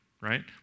right